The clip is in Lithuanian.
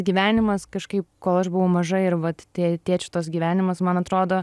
gyvenimas kažkaip kol aš buvau maža ir vat tie tėčio tas gyvenimas man atrodo